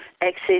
access